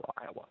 Iowa